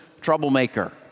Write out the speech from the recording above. troublemaker